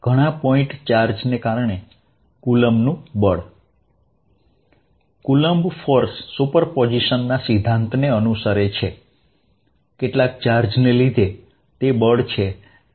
ઘણા પોઇન્ટ ચાર્જને કારણે કુલમ્બનું બળ કુલમ્બ ફોર્સ સુપરપોઝિશન ના સિદ્ધાંતને અનુસરે છે કેટલાક ચાર્જને લીધે તે બળ છે